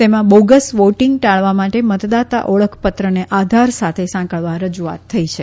તેમાં bogus voting ટાળવા માટે મતદાતા ઓળખપત્રને આધાર સાથે સાંકળવા રજૂઆત થઇ છે